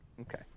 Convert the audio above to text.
Okay